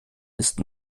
ist